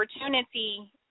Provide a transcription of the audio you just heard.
opportunity